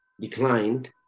declined